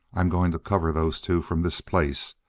i'm going to cover those two from this place.